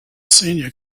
senior